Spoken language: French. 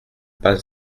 pas